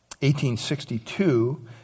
1862